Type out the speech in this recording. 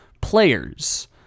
players